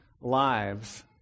lives